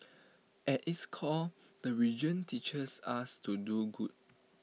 at its core the religion teaches us to do good